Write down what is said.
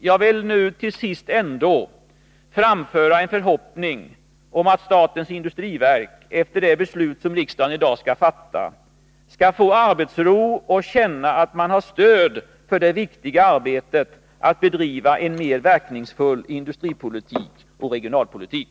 Jag vill nu till sist ändå framföra en förhoppning om att statens industriverk, efter det beslut som riksdagen i dag skall fatta, skall få arbetsro och känna att man har stöd för det viktiga arbetet att bedriva en mer verkningsfull industripolitik och regionalpolitik.